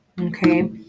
okay